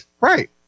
Right